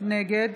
נגד